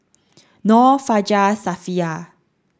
Nor Fajar Safiya